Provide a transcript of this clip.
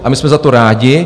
A my jsme za to rádi.